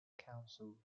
council